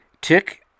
Tick